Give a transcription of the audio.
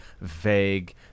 vague